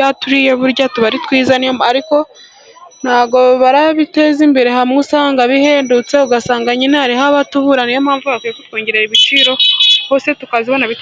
yaturiye burya tuba ari twiza, ariko ntabwo barabiteza imbere. Hamwe usanga bihendutse, ugasanga nyine hariho abatubura. Niyo mpamvu bakwiye kutwongerera ibiciro hose tukazibona bite...